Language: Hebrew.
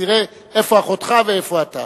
תראה איפה אחותך ואיפה אתה.